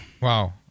Wow